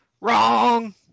Wrong